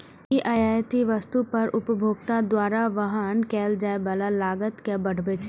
ई आयातित वस्तु पर उपभोक्ता द्वारा वहन कैल जाइ बला लागत कें बढ़बै छै